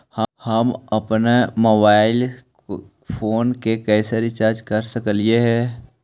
हम अप्पन mobile phone के कैसे रिचार्ज कर सकली हे?